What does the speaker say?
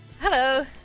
Hello